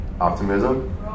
Optimism